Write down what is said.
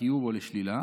לחיוב או לשלילה,